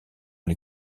les